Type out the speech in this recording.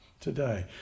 today